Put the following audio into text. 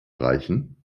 reichen